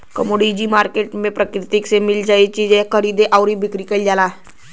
commodity market में प्रकृति से मिलल चीज क खरीद आउर बिक्री कइल जाला